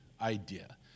idea